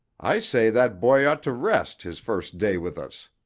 i say that boy ought to rest his first day with us.